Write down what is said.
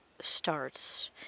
starts